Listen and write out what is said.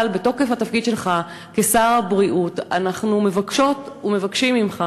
אבל בתוקף התפקיד שלך כשר הבריאות אנחנו מבקשות ומבקשים ממך